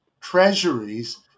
treasuries